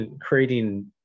creating –